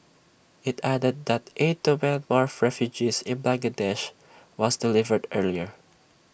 IT added that aid to Myanmar refugees in Bangladesh was delivered earlier